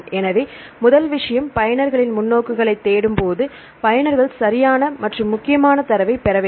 எனவே முதல் விஷயம் பயனர்களின் முன்னோக்குகளை தேடும்போது பயனர்கள் சரியான மற்றும் முக்கியமான தரவை பெற வேண்டும்